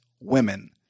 women